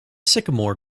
sycamore